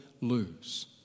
lose